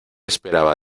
esperaba